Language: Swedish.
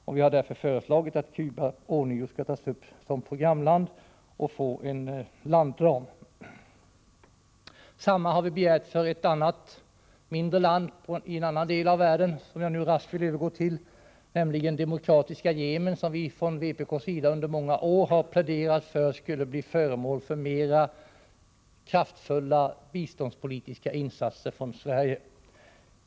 Därför har vi föreslagit att Cuba ånyo skall tas upp som programland och få en landram. Detsamma har vi begärt för ett annat mindre land i en annan del av världen, som jag nu raskt vill övergå till. Vi har från vpk under många år pläderat för att Demokratiska folkrepubliken Yemen skulle bli föremål för mera kraftfulla biståndspolitiska insatser från Sverige.